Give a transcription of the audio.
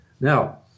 Now